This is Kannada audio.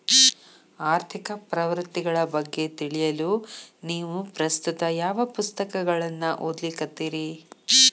ಆರ್ಥಿಕ ಪ್ರವೃತ್ತಿಗಳ ಬಗ್ಗೆ ತಿಳಿಯಲು ನೇವು ಪ್ರಸ್ತುತ ಯಾವ ಪುಸ್ತಕಗಳನ್ನ ಓದ್ಲಿಕತ್ತಿರಿ?